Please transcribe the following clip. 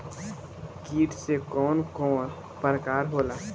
कीट के कवन कवन प्रकार होला?